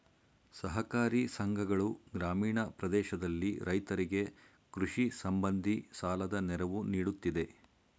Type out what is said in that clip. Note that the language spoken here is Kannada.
ಸಹಕಾರಿ ಸಂಘಗಳು ಗ್ರಾಮೀಣ ಪ್ರದೇಶದಲ್ಲಿ ರೈತರಿಗೆ ಕೃಷಿ ಸಂಬಂಧಿ ಸಾಲದ ನೆರವು ನೀಡುತ್ತಿದೆ